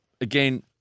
again